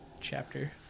chapter